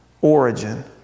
origin